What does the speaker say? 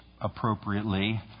appropriately